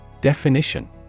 Definition